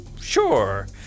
sure